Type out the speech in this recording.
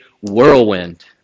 whirlwind